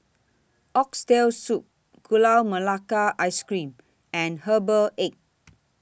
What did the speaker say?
Oxtail Soup Gula Melaka Ice Cream and Herbal Egg